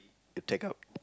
you take out